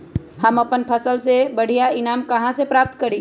हम अपन फसल से बढ़िया ईनाम कहाँ से प्राप्त करी?